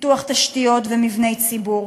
פיתוח תשתיות ומבני ציבור,